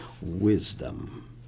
wisdom